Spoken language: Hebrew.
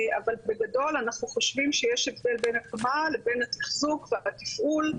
אבל בגדול אנחנו חושבים שיש הבדל בין הקמה לבין התחזוקה והתפעול,